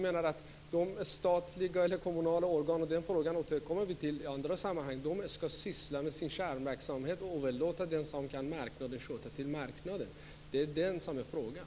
De statliga och kommunala organen - och den frågan återkommer vi till i andra sammanhang - ska syssla med sin kärnverksamhet och överlåta det som marknaden kan sköta till marknaden. Det är detta som är frågan.